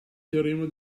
teorema